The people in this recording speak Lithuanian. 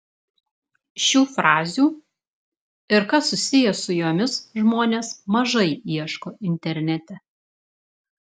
šių frazių ir kas susiję su jomis žmonės mažai ieško internete